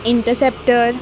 interceptor